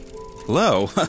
Hello